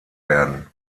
werden